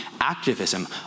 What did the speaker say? activism